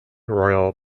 royal